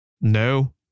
No